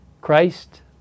Christ